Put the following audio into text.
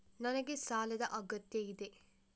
ನನಗೆ ಸಾಲದ ಅಗತ್ಯ ಇದೆ?